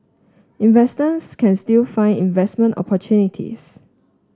investors can still find investment opportunities